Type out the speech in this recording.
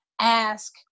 ask